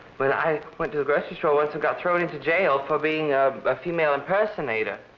when i went to the grocery store once and got thrown into jail for being a female impersonator.